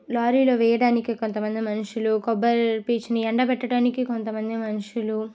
లారీలో వెయ్యడానికి కొంత మంది మనుషులు కొబ్బరి పీచుని ఎండబెట్టడానికి కొంత మంది మనుషులు